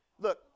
Look